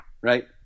right